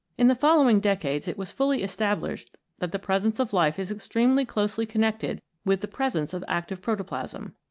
in the following decades it was fully established that the presence of life is extremely closely connected with the presence of active protoplasm.